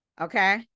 Okay